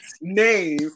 name